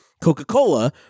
Coca-Cola